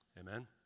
Amen